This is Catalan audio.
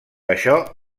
això